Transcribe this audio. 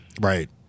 Right